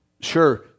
sure